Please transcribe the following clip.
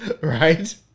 right